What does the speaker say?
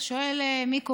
אתה שואל מי קובע?